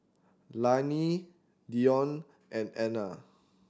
Lanie Deion and Ana